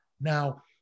Now